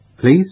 Please